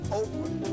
open